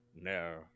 No